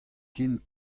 ken